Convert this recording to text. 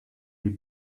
you